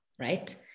right